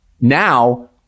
now